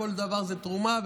כל דבר הוא תרומה,